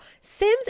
sims